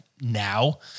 now